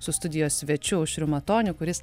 su studijos svečiu aušriu matoniu kuris